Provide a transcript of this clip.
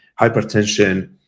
hypertension